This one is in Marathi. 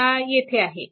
हा येथे आहे